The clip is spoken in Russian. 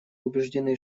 убеждены